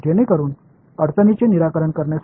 எனவே அத்தியாயம் 1 மற்றும் 7 ஆகியவற்றை நீங்கள் காணலாம்